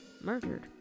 murdered